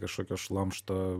kažkokio šlamšto